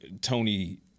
Tony